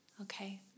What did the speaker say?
Okay